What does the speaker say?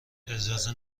اجازه